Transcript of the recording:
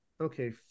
okay